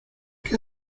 que